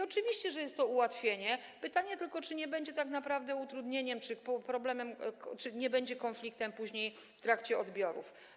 Oczywiście, że jest to ułatwienie, pytanie tylko, czy nie będzie to tak naprawdę utrudnieniem czy problemem, czy nie będzie konfliktu później, w trakcie odbioru.